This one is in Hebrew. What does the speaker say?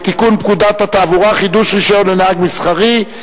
תיקון פקודת התעבורה (חידוש רשיון לנהג רכב מסחרי,